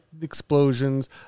Explosions